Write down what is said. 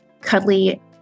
Cuddly